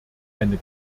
eine